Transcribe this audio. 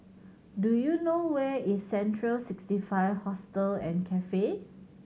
do you know where is Central Sixty Five Hostel and Cafe